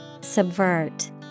Subvert